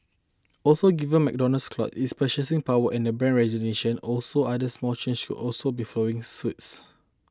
also given McDonald's clout its purchasing power and brand recognition also other small chains should also be following suits